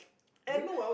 and